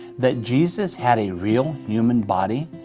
that jesus had a real human body?